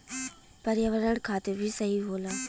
पर्यावरण खातिर भी सही होला